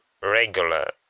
regular